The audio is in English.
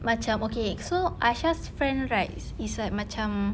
macam okay so aisha's friend right is like macam